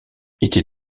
était